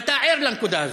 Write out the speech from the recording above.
ואתה ער לנקודה הזאת.